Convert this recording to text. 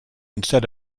instead